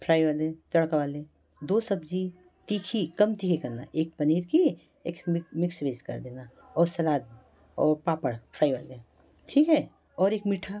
fry वाले तड़का वाले दो सब्ज़ी तीखी कम तीखी करना एक पनीर की एक मिक्स व्हेज कर देना और सलाद भी और पापड़ फ़्राई वाले ठीक है और एक मीठा